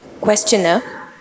Questioner